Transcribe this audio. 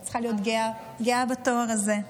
את צריכה להיות גאה בתואר הזה.